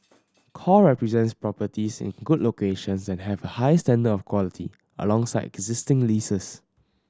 core represents properties in good locations and have a high standard of quality alongside existing leases